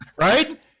right